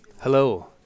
Hello